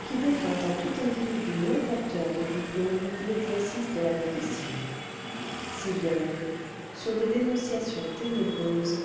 qui défend à tout individu non porteur de diplôme l'exercice de la médecine si bien que sur des dénonciations ténébreuses